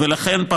ולכן,